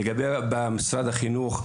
לגבי משרד החינוך,